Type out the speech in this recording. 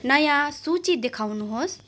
नयाँ सूची देखाउनुहोस्